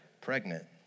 pregnant